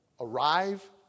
arrive